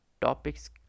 topics